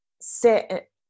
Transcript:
sit